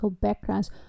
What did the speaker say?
backgrounds